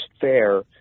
fair